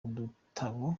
udutabo